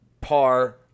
par